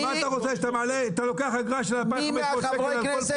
כשאתה לוקח אגרה של 2,500 שקל על כל